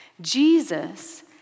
Jesus